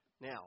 Now